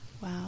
Wow